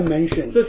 mentioned